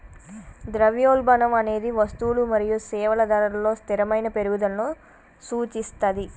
ద్రవ్యోల్బణం అనేది వస్తువులు మరియు సేవల ధరలలో స్థిరమైన పెరుగుదలను సూచిస్తది